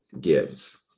gives